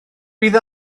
bydd